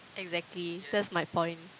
exactly that's my point